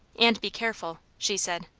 and be careful, she said.